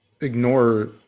ignore